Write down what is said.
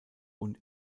und